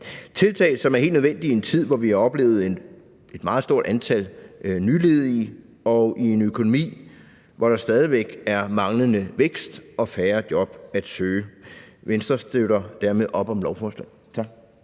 tiltag, som er helt nødvendige i en tid, hvor vi har oplevet et meget stort antal nyledige, og i en økonomi, hvor der stadig væk er manglende vækst og færre job at søge. Venstre støtter dermed op om lovforslaget.